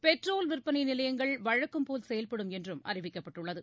petrol விற்பனை நிலையங்கள் வழக்கம்போல் செயல்படும் என்று அறிவிக்கப்பட்டுள்ளது